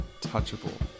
touchable